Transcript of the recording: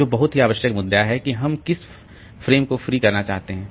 तो यह बहुत ही आवश्यक मुद्दा है कि हम किस प्रेम को फ्री करना चाहते हैं